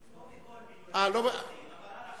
מיליוני המסמכים, אבל עד עכשיו.